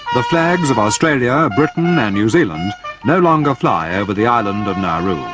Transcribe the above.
the flags of australia, britain and new zealand no longer fly over the island of nauru.